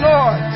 Lord